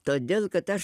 todėl kad aš